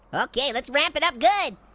okay, let's ramp it up good.